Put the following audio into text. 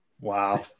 Wow